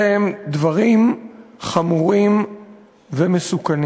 אלה הם דברים חמורים ומסוכנים.